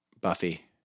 Buffy